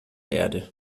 erde